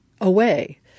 away